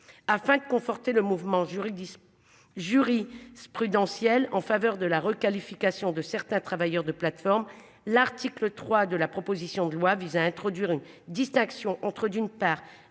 afin de conforter le mouvement juridisme jury se prudentielles en faveur de la requalification de certains travailleurs de plateforme. L'article 3 de la proposition de loi vise à introduire une distinction entre d'une part